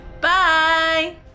Bye